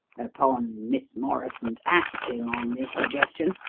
upon miss morrison's acting on this suggestion,